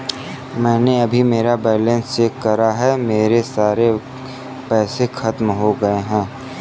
मैंने अभी मेरा बैलन्स चेक करा है, मेरे सारे पैसे खत्म हो गए हैं